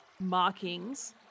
markings